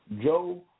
Joe